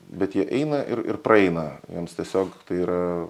bet jie eina ir ir praeina jiems tiesiog tai yra